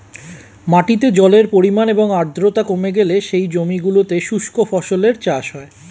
মাটিতে জলের পরিমাণ এবং আর্দ্রতা কমে গেলে সেই জমিগুলোতে শুষ্ক ফসলের চাষ হয়